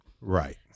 Right